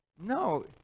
No